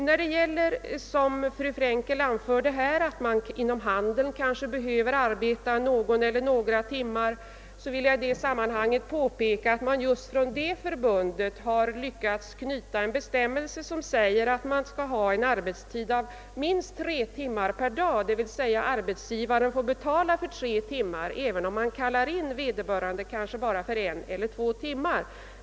Med anledning av fru Frenkels uttalande att arbetstagare inom handeln kanske får arbeta någon eller några timmar i veckan vill jag påpeka att just det fackförbund som dessa arbetstagare är anslutna till har lyckats genomföra en bestämmelse som innebär att de anställda skall ha en arbetstid av minst tre timmar per dag, d.v.s. arbetsgivaren får betala för tre timmar, även om arbetstagaren kallats in för en eller två timmar.